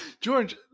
George